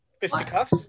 fisticuffs